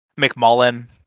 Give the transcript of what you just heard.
McMullen